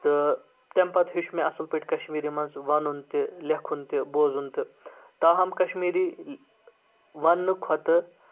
تہٕ تَمہِ پَتہٕ ہیٚچھ مےٚ اَصٕل پٲٹھۍ کَشمیٖری منٛز وَنُن تہِ لیٚکھُن تہِ بوزُن تہِ تاہم کَشمیٖری وَننہٕ کھۄتہٕ